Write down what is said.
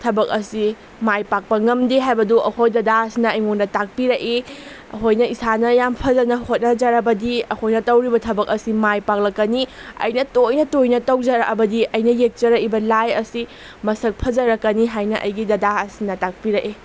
ꯊꯕꯛ ꯑꯁꯤ ꯃꯥꯏ ꯄꯥꯛꯄ ꯉꯝꯗꯦ ꯍꯥꯏꯕꯗꯨ ꯑꯩꯈꯣꯏ ꯗꯗꯥꯁꯤꯅ ꯑꯩꯉꯣꯟꯗ ꯇꯥꯛꯄꯤꯔꯛꯏ ꯑꯩꯈꯣꯏꯅ ꯏꯁꯥꯅ ꯌꯥꯝ ꯐꯖꯅ ꯍꯣꯠꯅꯖꯔꯕꯗꯤ ꯑꯩꯈꯣꯏꯅ ꯇꯧꯔꯤꯕ ꯊꯕꯛ ꯑꯁꯤ ꯃꯥꯏ ꯄꯥꯛꯂꯛꯀꯅꯤ ꯑꯩꯅ ꯇꯣꯏꯅ ꯇꯣꯏꯅ ꯇꯧꯖꯔꯛꯑꯕꯗꯤ ꯑꯩꯅ ꯌꯦꯛꯆꯔꯛꯏꯕ ꯂꯥꯏ ꯑꯁꯤ ꯃꯁꯛ ꯐꯖꯔꯛꯀꯅꯤ ꯍꯥꯏꯅ ꯑꯩꯒꯤ ꯗꯗꯥ ꯑꯁꯤꯅ ꯇꯥꯛꯄꯤꯔꯛꯏ